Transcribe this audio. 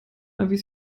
erwies